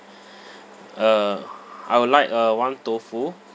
uh I would like uh one tofu